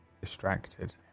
distracted